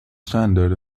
standard